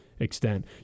extent